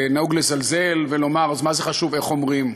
נהוג לזלזל ולומר: אז מה זה חשוב איך אומרים?